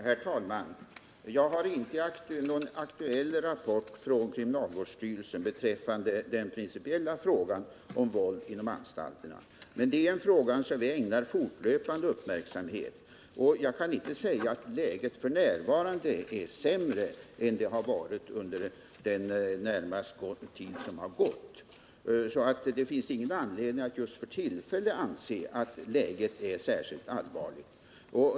Herr talman! Jag har inte någon aktuell rapport från kriminalvårdsstyrelsen beträffande den principiella frågan om våldet inom anstalterna. Men det är en fråga som vi ägnar fortlöpande uppmärksamhet. Jag kan inte säga att läget f.n. är sämre än det varit under den senaste tiden. Det finns alltså ingen anledning att just för tillfället anse att läget är särskilt allvarligt.